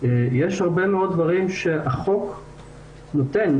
יש הרבה דברים שהחוק כבר היום נותן.